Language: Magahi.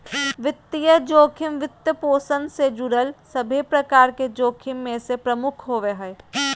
वित्तीय जोखिम, वित्तपोषण से जुड़ल सभे प्रकार के जोखिम मे से प्रमुख होवो हय